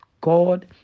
God